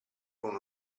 con